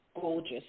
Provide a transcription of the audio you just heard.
gorgeous